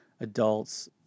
Adults